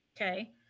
okay